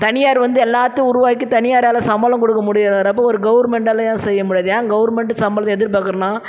தனியார் வந்து எல்லாத்தையும் உருவாக்கி தனியாரால் சம்பளம் கொடுக்க முடிய வரப்போ ஒரு கவர்மெண்ட்டால் ஏன் செய்ய முடியாது ஏன் கவர்மெண்ட் சம்பளத்தை எதிர்பார்க்குறோன்னா